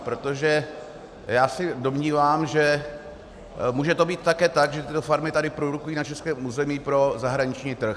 Protože se domnívám, že může to být také tak, že ty farmy to produkují na českém území pro zahraniční trh.